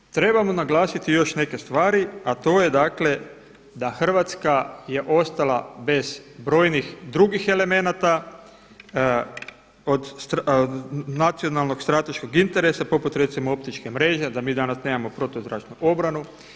Posebno trebamo naglasiti još neke stvari, a to je dakle da Hrvatska je ostala bez brojnih drugih elemenata od nacionalnog strateškog interesa poput recimo optičke mreže da mi danas nemamo protuzračnu obranu.